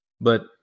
but-